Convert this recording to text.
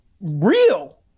real